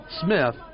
Smith